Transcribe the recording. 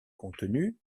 contenus